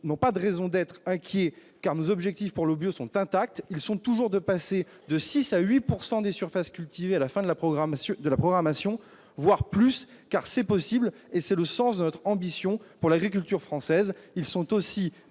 n'ont pas de raison d'être inquiets car nos objectifs pour le bio sont intacts, ils sont toujours de passer de 6 à 8 pourcent des des surfaces cultivées à la fin de la programmation de la programmation, voire plus car c'est possible et c'est le sens de notre ambition pour l'agriculture française, ils sont aussi